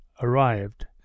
arrived